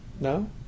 no